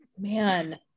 Man